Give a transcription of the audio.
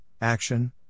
action